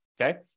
okay